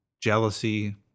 jealousy